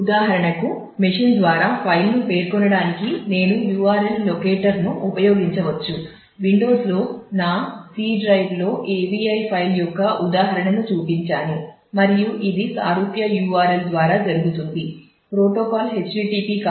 ఉదాహరణకు machine http కాదు